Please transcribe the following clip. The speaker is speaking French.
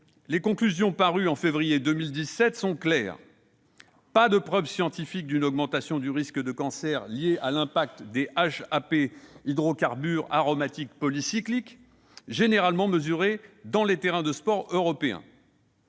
Les conclusions parues au mois de février 2017 sont claires : il n'y a pas de preuve scientifique d'une augmentation du risque de cancer lié à l'impact des hydrocarbures aromatiques polycycliques, ou HAP, généralement mesurés dans les terrains de sport européens.